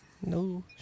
no